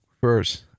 first